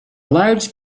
large